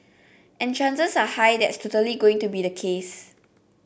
and chances are high that's totally going to be the case